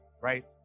Right